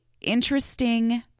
interesting